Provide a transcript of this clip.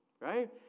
right